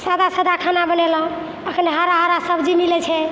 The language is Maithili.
सादा सादा खाना बनेलहूँ एखन हरा हरा सब्जी मिलै छै